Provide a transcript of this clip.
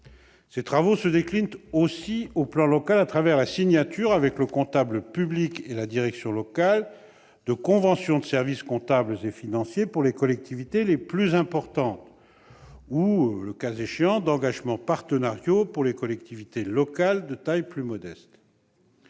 Ces travaux se déclinent aussi, sur le plan local, à travers la signature, avec le comptable public et la direction locale, de conventions de services comptables et financiers pour les collectivités les plus importantes ou, le cas échéant, d'engagements partenariaux pour les collectivités locales de taille plus modeste.